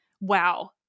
wow